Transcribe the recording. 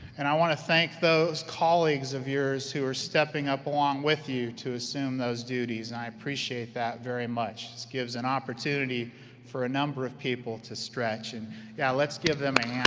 and i want to thank those colleagues of yours who are stepping up along with you to assume those duties. i appreciate that very much, that gives an opportunity for a number of people to stretch, and yeah let's give them